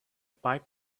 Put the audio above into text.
pipe